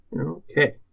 Okay